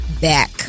back